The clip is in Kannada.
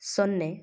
ಸೊನ್ನೆ